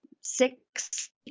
six